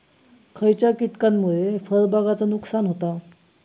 खयच्या किटकांमुळे फळझाडांचा नुकसान होता?